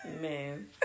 man